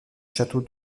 château